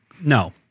No